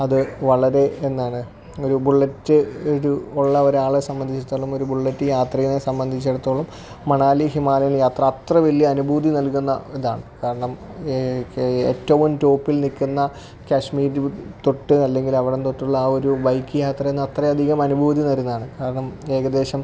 അത് വളരെ എന്താണ് ഒരു ബുള്ളറ്റ് ഇത് ഉള്ള ഒരാളെ സംബന്ധിച്ചിടത്തോളം ഒരു ബുള്ളറ്റ് യാത്രികനെ സംബന്ധിച്ചിടത്തോളം മണാലി ഹിമാലയൻ യാത്ര അത്ര വലിയ അനുഭൂതി നൽകുന്ന ഇതാണ് കാരണം ഏ ഏ ഏറ്റവും ടോപ്പിൽ നില്ക്കുന്ന കാശ്മീര് തൊട്ട് അല്ലെങ്കിലവടന്തൊട്ടുള്ള ഒരു ബൈക്ക് യാത്ര അത്ര അധികം അനുഭൂതി തരുന്നതാണ് കാരണം ഏകദേശം